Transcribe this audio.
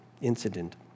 incident